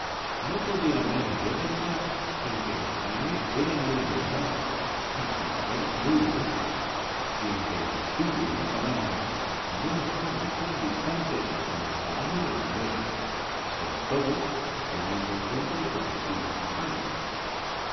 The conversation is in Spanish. no podía menos de pensar en que don jaime era muy enamorado y su mujer muy bonita y en que el castillo y la cabaña no estaban tan distantes como la cabaña y la aldea sobre todo teniendo en cuenta el puentecillo de nogal